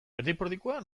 erdipurdikoa